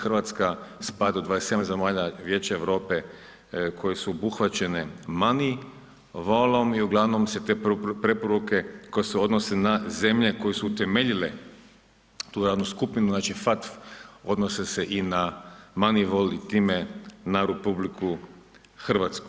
Hrvatska spada u 27 zemalja Vijeća Europe koje su obuhvaćene Manival-om i uglavnom se te preporuke koje se odnose na zemlje koje utemeljile tu radnu skupinu znači FATF odnose se i na Manivol i time na RH.